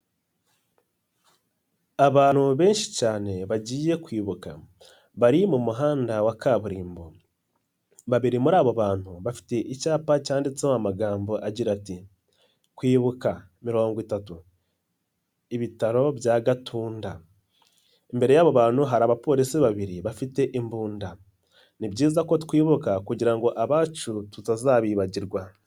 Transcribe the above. Abantu benshi cyane bagiye kwibuka bari mu muhanda wa kaburimbo babiri muri abo bantu, bafite icyapa cyanditseho amagambo agira ati "kwibuka mirongo itatu ibitaro bya gatunda." Imbere y'abo bantu hari abapolisi babiri bafite imbunda. Ni byiza ko twibuka kugira ngo abacu tutazabibagirwa.